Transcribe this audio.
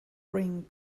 bring